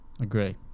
agree